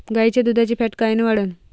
गाईच्या दुधाची फॅट कायन वाढन?